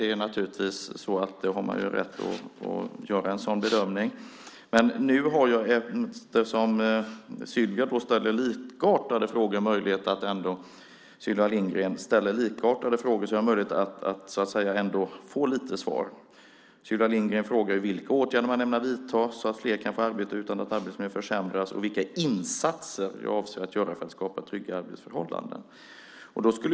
Man har naturligtvis rätt att göra en sådan bedömning. Eftersom Sylvia Lindgren ställer likartade frågor har jag möjlighet att ändå få några svar. Sylvia Lindgren frågar ju vilka åtgärder man ämnar vidta så att fler kan få arbete utan att arbetsmiljön försämras och vilka insatser man avser att göra för att skapa trygga arbetsförhållanden.